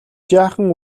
жаахан